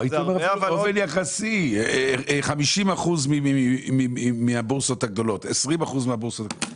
הייתי אומר 50% מהבורסות הגדולות, 20% מהבורסות.